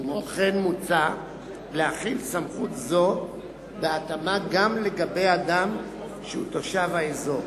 כמו כן מוצע להחיל סמכות זו בהתאמה גם לגבי אדם שהוא תושב האזור.